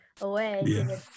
away